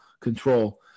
Control